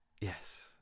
Yes